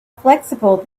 flexible